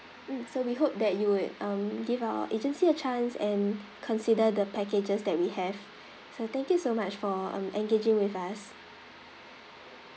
mm so we hope that you would um give our agency a chance and consider the packages that we have so thank you so much for um engaging with us